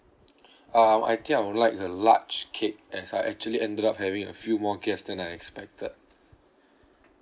um I think I would like a large cake as I actually ended up having a few more guests than I expected